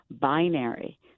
binary